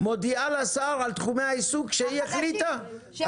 הוא יערוך דיון עסקי אצלו.